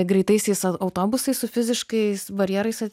greitaisiais autobusais su fiziškais barjerais